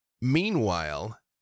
Meanwhile